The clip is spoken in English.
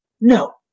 No